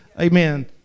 amen